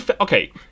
okay